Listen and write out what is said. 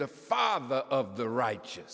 the father of the righteous